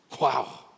Wow